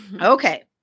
Okay